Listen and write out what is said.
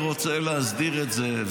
רוצה להסדיר את זה,